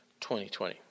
2020